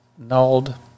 nulled